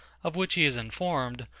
of which he is informed,